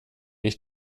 ich